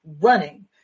running